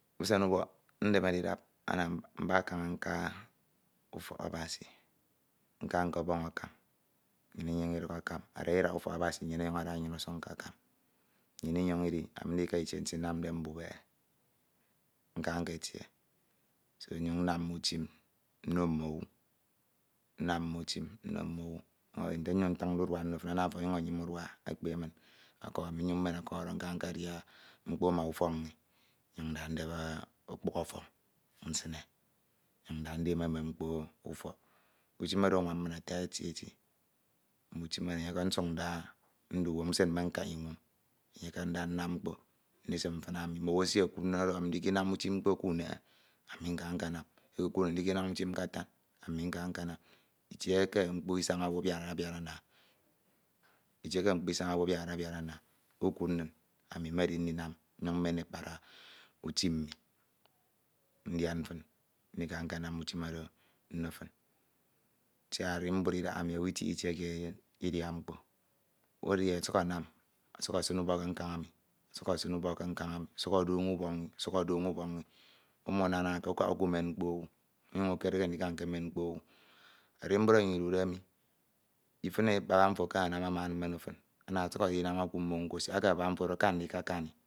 Usen ubọk ndenede idap ana mbak kaña nka ufọk Abasi nka nkebọn akam, inyuñ ufọk Abasi ada idaha ufọk. Abasi nnyin ọnyuñ ada nnyin usuñ ke akam, nnyin inyoñ idi ami ndika itie nsinamde mbubehe do nnyuñ nnam mme utim nno mm’owu nnam mm’utim nno mm’owu, nte nyiñ ntiñde udua nno mm’owu ana ete ọnyuñ enyime udua ekpe min ọkuk, ami nyuñ mman ọkuk oro nku nkadia mkpo ma ufọk inñi nnyuñ nda ndep ukpukhọ ọfọñ nsine, nnyuñ ndu ndeme mme mkpo ufọk, utim oro anwam min eti eti, mm’atim oro enye ke nsuk nda ndu uwem, usen mme nkaha inwoñ eiye ke nda nnam mkpo ndisim mfiñ emi. Mm’owu esikoku min ọdọhọ dikanam utim ko kunehe ami nka nkanam, ekud nin dikanam utim k’uton, ami nka nkanam, Itie eke mkpo isañ owu abiarade ana, ukud nin ami medi ndi ndinam memen ekpad utim, ndian fiñ nditem nkanam utin oro nno fin siak arimbud idahaemi owu ituhe itie kied idia mkpo, udi ọsuk anam ọsuk esin ubọk ke nkañ emi ọsuk odoñi ubọk inni, ọsuk odoñ ubọk nni, umunanake, ukaha ukemen mkpo owu, unfuñ ukereke ndika nkemen mkpo owu. Arimbud emi nnyin idude mi ifin baba mfo akanam ama enim ono fin, ana ọsuk akanam okummo siak eke baba mfo oro aka ndikakani.